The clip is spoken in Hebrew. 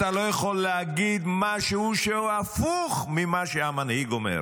אתה לא יכול להגיד משהו שהוא הפוך ממה שהמנהיג אומר,